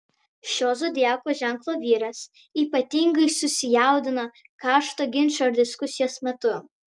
šio zodiako ženklo vyras ypatingai susijaudina karšto ginčo ar diskusijos metu